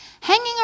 hanging